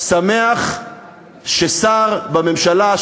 שמח ששר בממשלה,